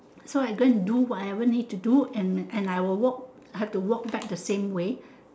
so I go and do whatever need to do and and I will walk have to walk back the same way